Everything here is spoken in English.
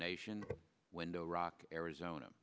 nation window rock arizona